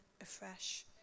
afresh